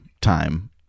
time